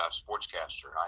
sportscaster